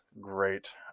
great